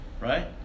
Right